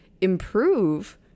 improve